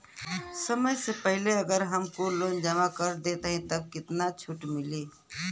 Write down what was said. समय से पहिले अगर हम कुल लोन जमा कर देत हई तब कितना छूट मिली?